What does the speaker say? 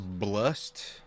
Blust